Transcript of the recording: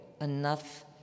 enough